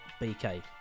BK